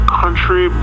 country